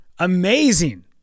Amazing